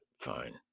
Fine